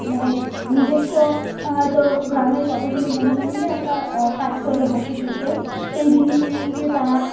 মানে নিজস্ব হয়তো গ্রামে কতগুলো মহিলা মিলে একটা কাজ করল হস্তশিল্পের সেই জিনিস নিয়ে গিয়ে তারা